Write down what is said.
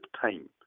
time